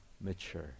mature